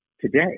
today